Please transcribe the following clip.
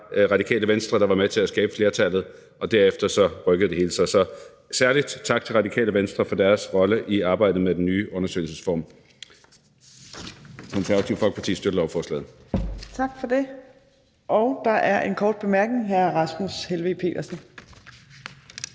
Radikale Venstre, der var med til at skabe flertallet, og derefter rykkede det hele sig. Så særlig tak til Radikale Venstre for deres rolle i arbejdet med den nye undersøgelsesform.